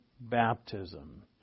baptism